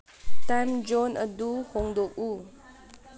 time zone ꯑꯗꯨ ꯍꯣꯡꯗꯣꯛꯎ